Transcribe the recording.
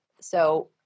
So-